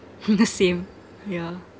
the same yeah